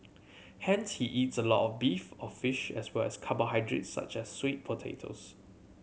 hence he eats a lot of beef or fish as well as carbohydrates such as sweet potatoes